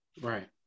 Right